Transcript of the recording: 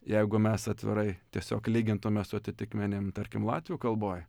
jeigu mes atvirai tiesiog lygintume su atitikmenim tarkim latvių kalboj